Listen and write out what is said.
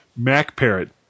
MacParrot